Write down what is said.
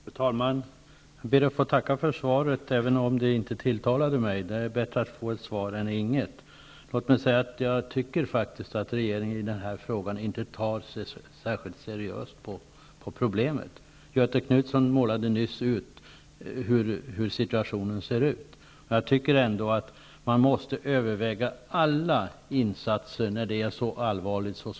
Fru talman! Jag ber att få tacka för svaret, även om det inte tilltalade mig. Det är bättre att få ett svar än inget. Jag tycker faktiskt att regeringen inte tar särskilt seriöst på problemet i den här frågan. Göthe Knutson målade nyss upp hur situationen ser ut. Man måste överväga alla insatser när situationen är så allvarlig.